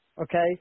okay